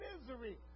misery